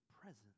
presence